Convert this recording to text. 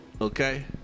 Okay